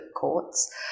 courts